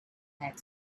had